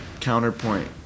counterpoint